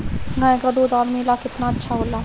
गाय का दूध आदमी ला कितना अच्छा होला?